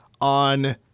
on